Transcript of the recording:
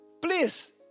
Please